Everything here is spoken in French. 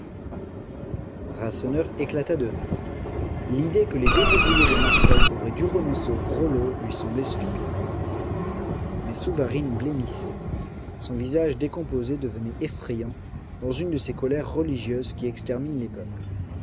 rasseneur éclata de rire l'idée que les deux ouvriers de marseille auraient dû renoncer au gros lot lui semblait stupide mais souvarine blêmissait son visage décomposé devenait effrayant dans une de ces colères religieuses qui exterminent les peuples